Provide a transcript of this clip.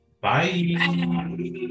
Bye